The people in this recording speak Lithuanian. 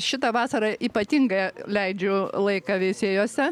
šitą vasarą ypatinga leidžiu laiką veisėjuose